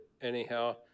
Anyhow